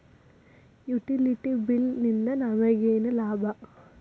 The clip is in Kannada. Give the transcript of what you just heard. ಯುಟಿಲಿಟಿ ಬಿಲ್ ನಿಂದ್ ನಮಗೇನ ಲಾಭಾ?